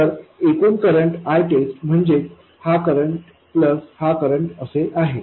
तर एकूण current ITEST म्हणजे हा करंट प्लस हा करंट असे आहे